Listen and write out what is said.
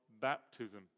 baptism